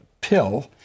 pill